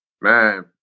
man